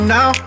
now